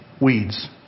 weeds